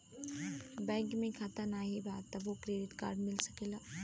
Bank में खाता नाही बा तबो क्रेडिट कार्ड मिल सकेला?